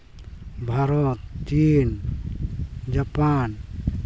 ᱵᱷᱟᱨᱚᱛ ᱪᱤᱱ ᱡᱟᱯᱟᱱ